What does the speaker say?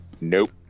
nope